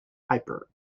piper